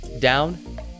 down